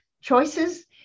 choices